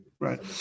Right